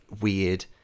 weird